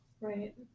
Right